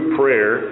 prayer